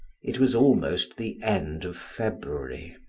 it was almost the end of february.